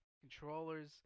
Controllers